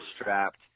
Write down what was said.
strapped